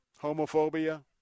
homophobia